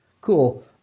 cool